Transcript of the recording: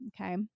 okay